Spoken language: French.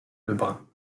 lebrun